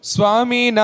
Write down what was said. Swami